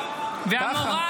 למה?